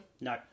No